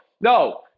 no